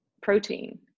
protein